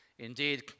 Indeed